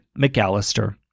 McAllister